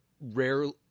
rarely